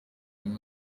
y’uyu